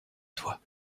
toi